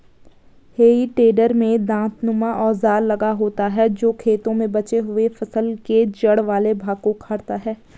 हेइ टेडर में दाँतनुमा औजार लगा होता है जो खेतों में बचे हुए फसल के जड़ वाले भाग को उखाड़ता है